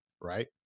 Right